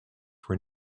were